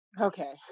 Okay